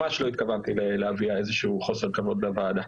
ממש לא התכוונתי להביע איזשהו חוסר כבוד לוועדה.